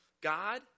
God